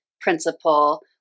principle